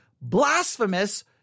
Blasphemous